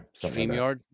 StreamYard